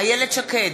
איילת שקד,